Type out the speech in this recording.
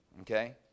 okay